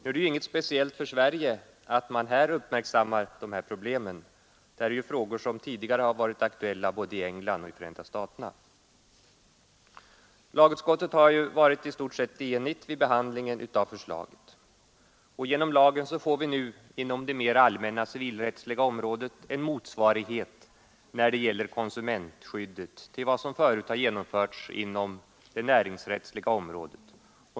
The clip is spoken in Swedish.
Nu är det inget speciellt för Sverige att man uppmärksammar dessa problem. Det är ju frågor som tidigare varit aktuella både i England och i Förenta staterna. Lagutskottet har i stort sett varit enigt vid behandlingen av förslaget, och genom lagen får vi nu inom det mera allmänna civilrättsliga området en motsvarighet när det gäller konsumentskyddet till vad som förut genomförts inom det näringsrättsliga området.